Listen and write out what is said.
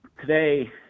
Today